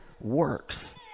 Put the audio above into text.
works